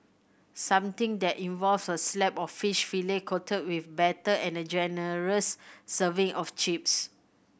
something that involves a slab of fish fillet coated with batter and a generous serving of chips